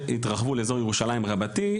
התרחבו לאזור ירושלים רבתי,